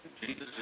Jesus